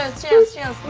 ah cheers! yeah